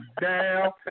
down